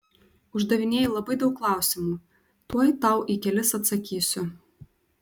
uždavinėji labai daug klausimų tuoj tau į kelis atsakysiu